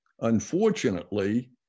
unfortunately